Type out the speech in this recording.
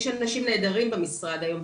יש אנשים נהדרים במשרד היום.